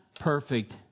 perfect